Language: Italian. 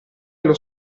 allo